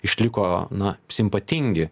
išliko na simpatingi